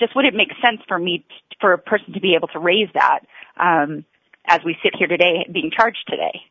just wouldn't make sense for me to for a person to be able to raise that as we sit here today being charged today